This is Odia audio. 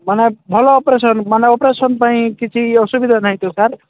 ମାନେ ଭଲ ଅପରେସନ୍ ମାନେ ଅପରେସନ୍ ପାଇଁ କିଛି ଅସୁବିଧା ନାହିଁ ତ ସାର୍